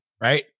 right